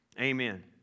Amen